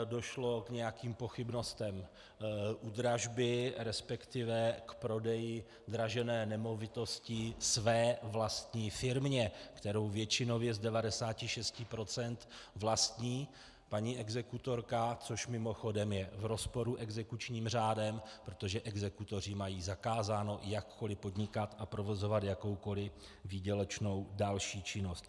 Došlo k nějakým pochybnostem u dražby, resp. k prodeji dražené nemovitosti své vlastní firmě, kterou většinově, z 96 %, vlastní paní exekutorka, což mimochodem je v rozporu s exekučním řádem, protože exekutoři mají zakázáno jakkoli podnikat a provozovat jakoukoli další výdělečnou činnost.